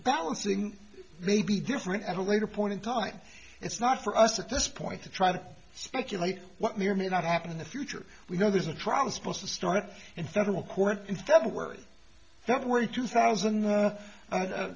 balancing may be different at a later point in time it's not for us at this point to try to speculate what may or may not happen in the future we know there's a trial supposed to start in federal court in february february two thousand